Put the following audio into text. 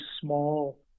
small